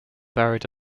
buried